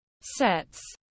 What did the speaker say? sets